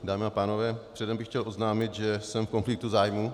Dámy a pánové, předem bych chtěl oznámit, že jsem v konfliktu zájmů.